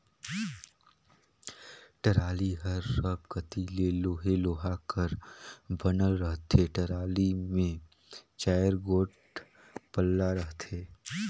trolley हर सब कती ले लोहे लोहा कर बनल रहथे, टराली मे चाएर गोट पल्ला रहथे